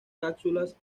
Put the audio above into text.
cápsulas